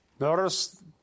Notice